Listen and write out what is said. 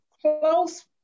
close